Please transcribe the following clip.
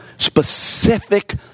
Specific